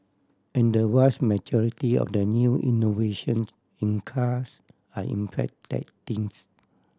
and the vast majority of the new innovations in cars are in fact tech things